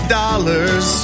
dollars